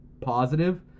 positive